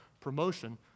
promotion